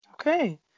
Okay